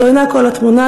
זו אינה כל התמונה,